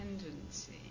tendency